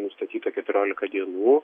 nustatyta keturiolika dienų